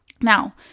Now